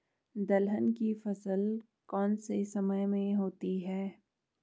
दलहन की फसल कौन से समय में होती है?